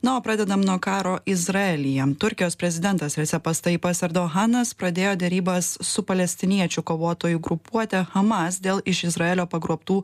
na o pradedam nuo karo izraelyje turkijos prezidentas recepas tajipas erdohanas pradėjo derybas su palestiniečių kovotojų grupuote hamas dėl iš izraelio pagrobtų